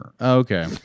Okay